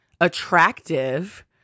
attractive